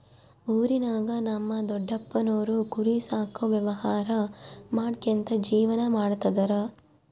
ಊರಿನಾಗ ನಮ್ ದೊಡಪ್ಪನೋರು ಕುರಿ ಸಾಕೋ ವ್ಯವಹಾರ ಮಾಡ್ಕ್ಯಂತ ಜೀವನ ಮಾಡ್ತದರ